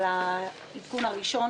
על העדכון הראשון,